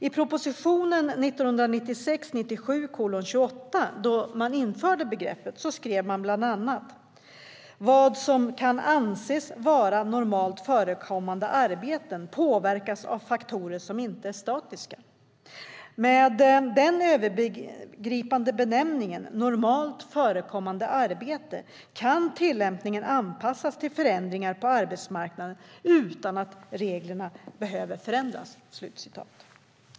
I proposition 1996/97:28, där begreppet infördes, skrev man bland annat: Vad som kan anses vara normalt förekommande arbeten påverkas av faktorer som inte är statiska. Med den övergripande benämningen normalt förekommande arbeten kan tillämpningen anpassas till förändringar på arbetsmarknaden utan att reglerna behöver ändras.